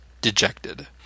dejected